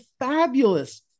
fabulous